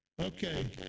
Okay